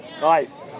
Nice